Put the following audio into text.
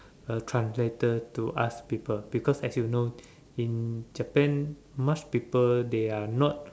a translator to ask people because as you know in Japan much people they are not